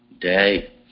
day